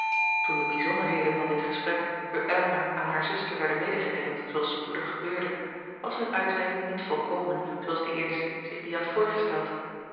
toen de bijzonderheden van dit gesprek door elinor aan hare zuster werden medegedeeld zooals spoedig gebeurde was hunne uitwerking niet volkomen zooals de eerste zich die had voorgesteld